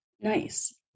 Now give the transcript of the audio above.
Nice